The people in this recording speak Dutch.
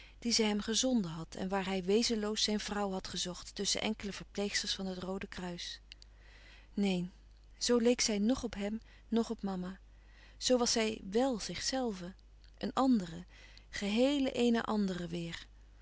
die voorbij gaan gezonden had en waar hij wezenloos zijn vrouw had gezocht tusschen enkele verpleegsters van het roode kruis neen zo leek zij noch op hem noch op mama zoo was zij wèl zichzelve een andere geheele eene andere weêr